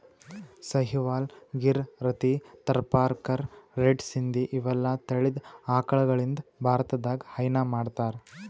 Sahiwal, Gir, Rathi, Tharparkar, red Sindhi ಇವೆಲ್ಲಾ ತಳಿದ್ ಆಕಳಗಳಿಂದ್ ಭಾರತದಾಗ್ ಹೈನಾ ಮಾಡ್ತಾರ್